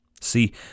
See